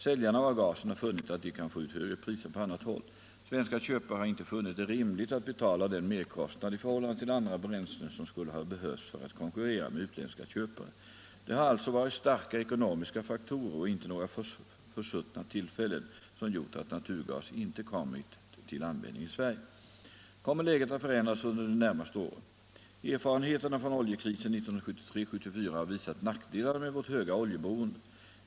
Säljarna av gasen har funnit att de kan få ut högre priser på annat håll. Svenska köpare har inte funnit det rimligt att betala den merkostnad i förhållande till andra bränslen som skulle ha behövts för att konkurrera med utländska köpare. Det har alltså varit starka ekonomiska faktorer — och inte några försuttna tillfällen — som gjort att naturgas inte kommit till användning i Sverige. Kommer läget att förändras under de närmaste åren? Erfarenheterna från oljekrisen 1973/74 har visat nackdelarna med vårt höga oljeberoende.